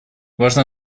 важно